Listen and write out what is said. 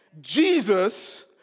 Jesus